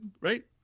right